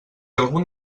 algun